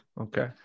okay